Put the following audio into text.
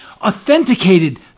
authenticated